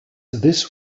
this